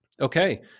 Okay